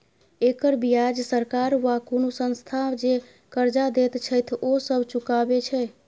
एकर बियाज सरकार वा कुनु संस्था जे कर्जा देत छैथ ओ सब चुकाबे छै